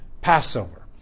Passover